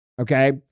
Okay